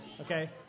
Okay